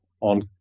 on